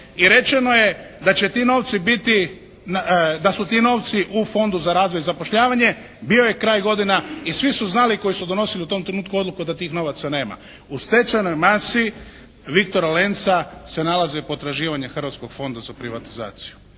novci biti, da su ti novci u Fondu za razvoj i zapošljavanje. Bio je kraj godine i svi su znali koji su donosili u tom trenutku odluku da tih novaca nema. U stečajnoj masi "Viktora Lenca" se nalaze potraživanja Hrvatskog fonda za privatizaciju.